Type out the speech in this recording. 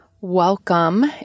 Welcome